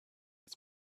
its